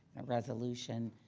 resolution.